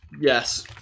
Yes